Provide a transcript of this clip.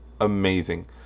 amazing